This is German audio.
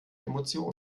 emotion